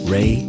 Ray